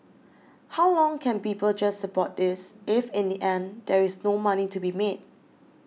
how long can people just support this if in the end there is no money to be made